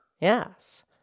Yes